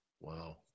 Wow